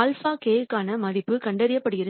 αk க்கான மதிப்பு கண்டறியப்படுகிறது